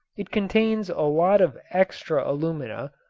it contains a lot of extra alumina,